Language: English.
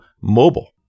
mobile